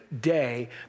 day